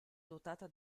dotata